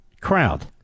crowd